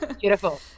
Beautiful